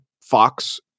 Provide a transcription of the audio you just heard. Fox